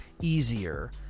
easier